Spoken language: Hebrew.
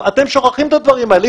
אתם שוכחים את הדברים האלה.